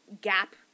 gap